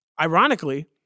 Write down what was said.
Ironically